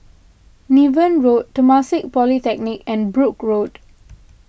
Niven Road Temasek Polytechnic and Brooke Road